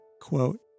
Quote